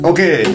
Okay